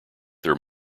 their